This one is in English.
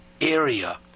area